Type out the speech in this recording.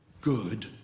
Good